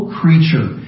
creature